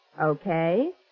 Okay